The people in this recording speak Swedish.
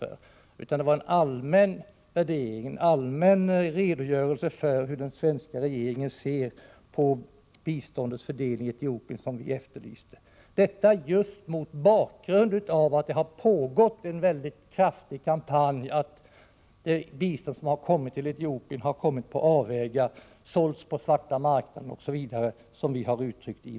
Vad vi efterlyste var en allmän redogörelse för hur den svenska regeringen ser på biståndets fördelning inne i Etiopien — detta just mot bakgrund av alt det har pågått en kraftig kampanj om att biståndet till Etiopien har kommit på avvägar, sålts på svarta marknaden osv.